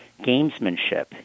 gamesmanship